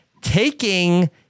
taking